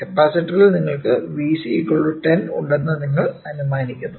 കപ്പാസിറ്ററിൽ നിങ്ങൾക്ക് Vc10 ഉണ്ടെന്ന് നിങ്ങൾ അനുമാനിക്കുന്നു